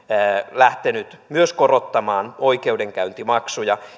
lähtenyt myös korottamaan oikeudenkäyntimaksuja